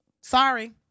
Sorry